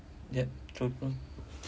yup true true